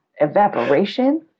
Evaporation